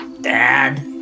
Dad